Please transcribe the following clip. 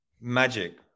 Magic